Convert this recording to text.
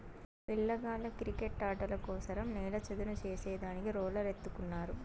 పిల్లగాళ్ళ కిరికెట్టాటల కోసరం నేల చదును చేసే దానికి రోలర్ ఎత్తుకున్నారు